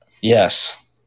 Yes